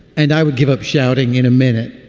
and i would give up shouting in a minute.